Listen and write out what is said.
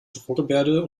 drohgebärde